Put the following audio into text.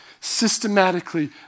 systematically